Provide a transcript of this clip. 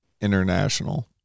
International